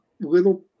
little